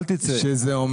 אל תצא.